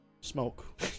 smoke